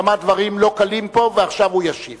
שמע דברים לא קלים פה, ועכשיו הוא ישיב